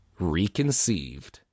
Reconceived